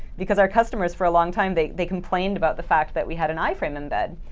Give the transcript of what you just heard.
because our customers for a long time, they they complained about the fact that we had an iframe embed.